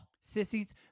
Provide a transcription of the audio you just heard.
Sissies